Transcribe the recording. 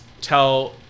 tell